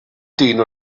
dyn